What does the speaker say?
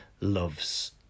loves